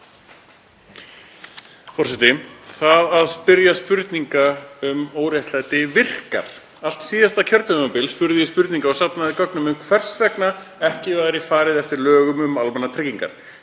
Það að spyrja spurninga um óréttlæti virkar. Allt síðasta kjörtímabil spurði ég spurninga og safnaði gögnum um hvers vegna ekki væri farið eftir lögum um almannatryggingar